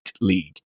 league